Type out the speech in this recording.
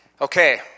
Okay